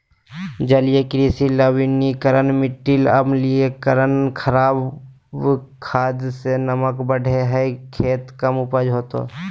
जलीय कृषि लवणीकरण मिटी अम्लीकरण खराब खाद से नमक बढ़े हइ खेत कम उपज होतो